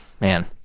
man